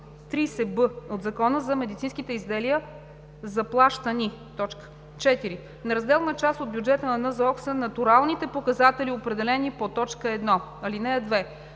30б от Закона за медицинските изделия. 4. Неразделна част от бюджета на НЗОК са натуралните показатели, определени по т. 1. (2)